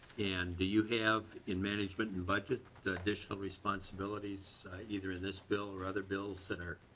and do you have in management and budget additional responsibilities either in this bill or other bills that are